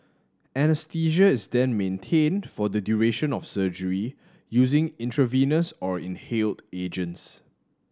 anaesthesia is then maintained for the duration of surgery using intravenous or inhaled agents